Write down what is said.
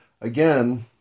Again